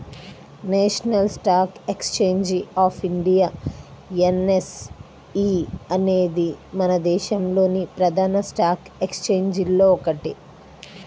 national stock exchange of India N S E అనేది మన దేశంలోని ప్రధాన స్టాక్ ఎక్స్చేంజిల్లో ఒకటి